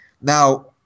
Now